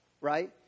right